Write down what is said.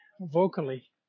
vocally